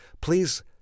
please